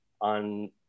on